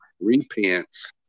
repents